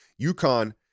UConn